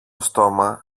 στόμα